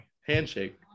Handshake